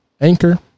Anchor